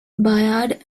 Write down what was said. bayard